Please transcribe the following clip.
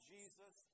Jesus